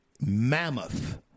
mammoth